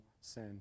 sin